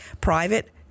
private